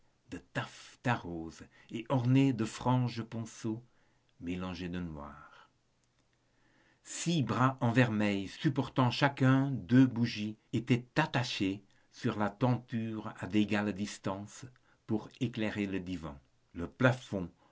de taffetas rose et ornés de franges ponceau mélangé de noir six bras en vermeil supportant chacun deux bougies étaient attachés sur la tenture à d'égales distances pour éclairer le divan le plafond